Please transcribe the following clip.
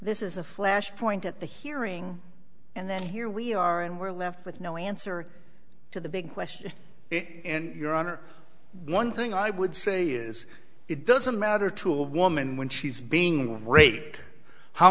this is a flashpoint at the hearing and then here we are and we're left with no answer to the big question and your honor one thing i would say is it doesn't matter to a woman when she's being raped how